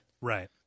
right